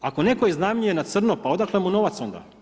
Ako netko iznajmljuje na crno, pa odakle mu novac onda?